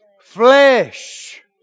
flesh